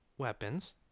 weapons